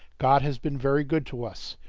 god has been very good to us.